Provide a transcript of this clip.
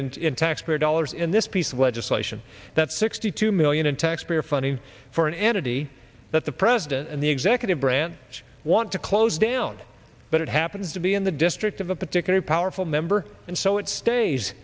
and in taxpayer dollars in this piece of legislation that's sixty two million in taxpayer funding for an entity that the president and the executive branch want to close down but it happens to be in the district of a particular powerful member and so it stays